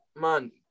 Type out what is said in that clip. Man